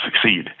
succeed